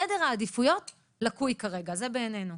סדר העדיפויות לקוי כרגע בעינינו.